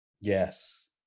Yes